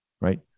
right